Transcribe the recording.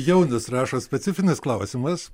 jaunis rašo specifinis klausimas